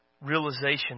realization